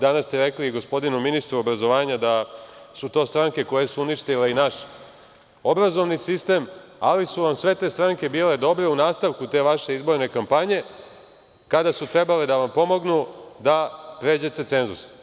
Danas ste rekli i gospodinu ministru obrazovanja da su to stranke koje su uništile i naš obrazovni sistem, ali su vam sve te stranke bile dobre u nastavku te vaše izborne kampanje kada su trebale da vam pomognu da pređete cenzus.